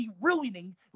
ruining